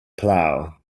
plow